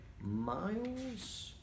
miles